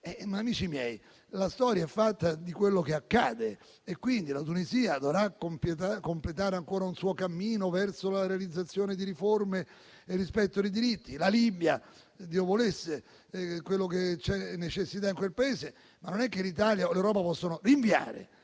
amici miei, la storia è fatta di quello che accade e quindi la Tunisia dovrà completare ancora un suo cammino verso la realizzazione di riforme e del rispetto dei diritti; la Libia si spera che realizzi quello di cui c'è necessità in quel Paese, ma l'Italia o l'Europa non possono rinviare